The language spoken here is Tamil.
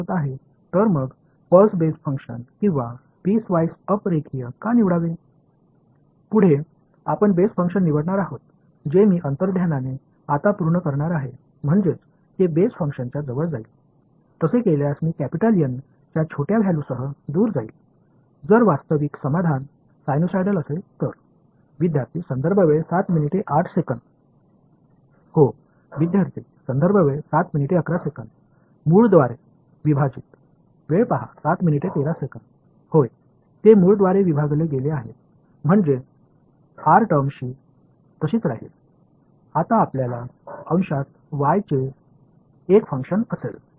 எனவே எனது தீர்வு ஊசலாடும் என்று எனக்கு முன்பே தெரிந்தால் ஏன் பல்ஸ் அடிப்படை செயல்பாட்டை அல்லது பீஸ்வைஸ் அப் லீனியரை தேர்வு செய்ய வேண்டும் அடுத்து நாம் அடிப்படை செயல்பாட்டை தேர்வு செய்வோம் அது அடிப்படை செயல்பாட்டிற்கு நெருக்கமாக இருக்கப் போகிறது என்று என்னுடைய உள்ளுணர்வு சொல்கிறது